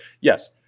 yes